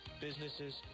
businesses